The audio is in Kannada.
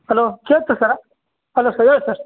ಹಲೋ ಕೇಳುತ್ತಾ ಸರ್ ಹಲೋ ಸರ್ ಹೇಳಿ ಸರ್